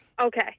Okay